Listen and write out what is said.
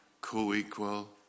co-equal